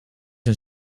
een